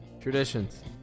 Traditions